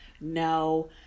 No